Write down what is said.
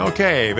Okay